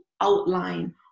outline